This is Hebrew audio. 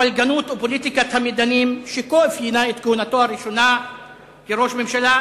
הפלגנות ופוליטיקת המדנים שכה אפיינו את כהונתו הראשונה כראש ממשלה,